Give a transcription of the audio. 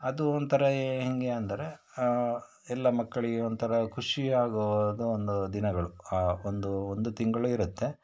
ಅದು ಒಂಥರ ಹೇಗೆ ಅಂದರೆ ಎಲ್ಲ ಮಕ್ಕಳಿಗೆ ಒಂಥರ ಖುಷಿಯಾಗುವುದು ಒಂದು ದಿನಗಳು ಆ ಒಂದು ಒಂದು ತಿಂಗಳು ಇರುತ್ತೆ